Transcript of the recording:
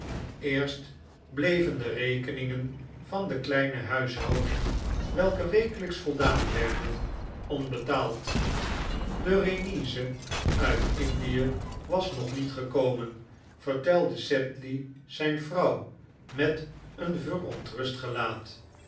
eerst bleven de rekeningen van de kleine huishouding welke wekelijks voldaan werden onbetaald de remise uit indie was nog niet gekomen vertelde sedley zijn vrouw met een verontrust gelaat